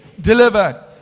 delivered